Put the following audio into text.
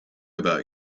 about